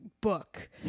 book